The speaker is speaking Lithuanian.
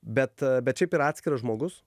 bet bet šiaip yra atskiras žmogus